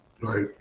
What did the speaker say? right